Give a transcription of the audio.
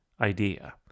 idea